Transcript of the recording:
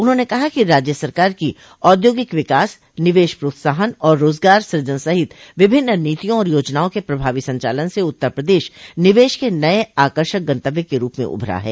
उन्होंने कहा कि राज्य सरकार की औद्योगिक विकास निवेश प्रोत्साहन और रोजगार सृजन सहित विभिन्न नीतियों और योजनाओं के प्रभावी संचालन से उत्तर प्रदेश निवेश के नये आकर्षक गन्तव्य के रूप में उभरा है